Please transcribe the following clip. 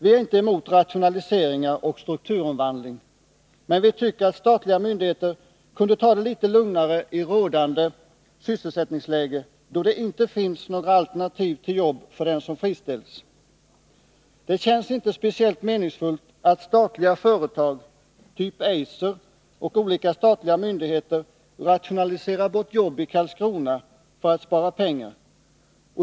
Vi är inte emot rationaliseringar och strukturomvandling, men vi tycker att statliga myndigheter kunde ta det litet lugnare i rådande sysselsättningsläge — då det inte finns några alternativa jobb för den som friställs. Det känns inte speciellt meningsfullt att statliga företag, typ Eiser, och olika statliga myndigheter rationaliserar bort jobb i Karlskrona för att spara pengar.